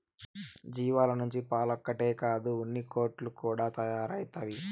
జీవాల నుంచి పాలొక్కటే కాదు ఉన్నికోట్లు కూడా తయారైతవి